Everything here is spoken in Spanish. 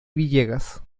villegas